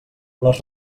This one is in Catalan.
les